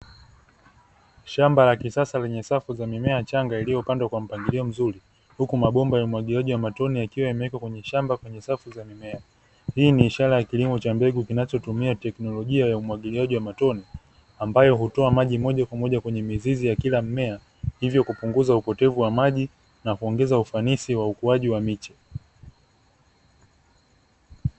Shamba la kisasa lenye safu za mimea changa iliyopandwa kwa mpangilio mzuri, huku mabomba ya umwagiliaji wa matone yakiwa yamewekwa kwenye shamba kwenye safu za mimea. Hii ni ishara ya kilimo cha mbegu kinachotumia teknolojia ya umwagiliaji wa matone, ambayo hutoa maji moja kwa moja kwenye mizizi ya kila mmea, hivyo kupunguza upotevu wa maji na kuongeza ufanisi wa ukuaji wa miche.